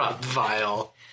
Vile